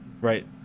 right